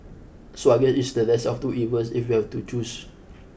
so I guess it's the lesser of two evils if you have to choose